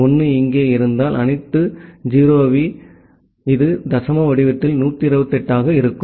1 இங்கே இருந்தால் அனைத்து 0 வி இது தசம வடிவத்தில் 128 ஆக இருக்கும்